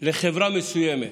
לחברה מסוימת,